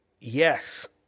Yes